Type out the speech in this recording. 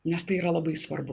nes tai yra labai svarbu